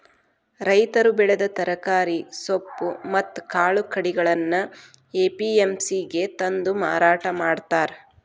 ರೈತರು ಬೆಳೆದ ತರಕಾರಿ, ಸೊಪ್ಪು ಮತ್ತ್ ಕಾಳು ಕಡಿಗಳನ್ನ ಎ.ಪಿ.ಎಂ.ಸಿ ಗೆ ತಂದು ಮಾರಾಟ ಮಾಡ್ತಾರ